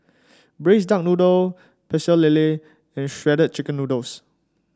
Braised Duck Noodle Pecel Lele and Shredded Chicken Noodles